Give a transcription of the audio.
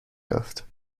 یافت